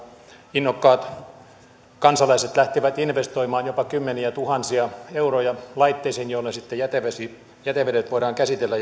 innokkaat kansalaiset lähtivät investoimaan jopa kymmeniätuhansia euroja laitteisiin joilla sitten jätevedet voidaan käsitellä